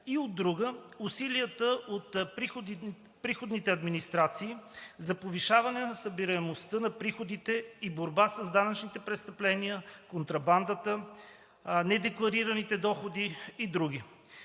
и от друга, усилията на приходните администрации за повишаване на събираемостта на приходите и борба с данъчните престъпления, контрабандата, недекларираните доходи и други.